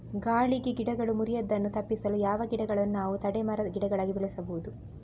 ಗಾಳಿಗೆ ಗಿಡಗಳು ಮುರಿಯುದನ್ನು ತಪಿಸಲು ಯಾವ ಗಿಡಗಳನ್ನು ನಾವು ತಡೆ ಮರ, ಗಿಡಗಳಾಗಿ ಬೆಳಸಬಹುದು?